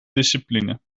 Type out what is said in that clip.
discipline